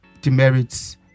demerits